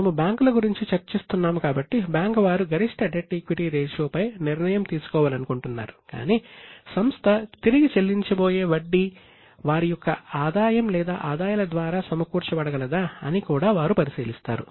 మనము బ్యాంకుల గురించి చర్చిస్తున్నాము కాబట్టి బ్యాంకు వారు గరిష్ట డెట్ ఈక్విటీ రేషియోపై నిర్ణయం తీసుకోవాలనుకుంటున్నారు కాని సంస్థ తిరిగి చెల్లించబోయే వడ్డీ వారి యొక్క ఆదాయం లేదా ఆదాయాల ద్వారా సమకూర్చబడగలదా అని కూడా వారు పరిశీలిస్తారు